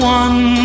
one